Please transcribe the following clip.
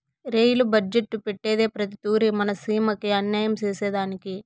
rail budget పెట్టేదే ప్రతి తూరి మన సీమకి అన్యాయం సేసెదానికి